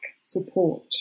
support